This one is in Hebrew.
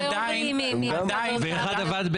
עובדי המדינה עושים עבודת קודש,